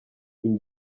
une